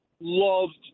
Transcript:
loved